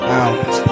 out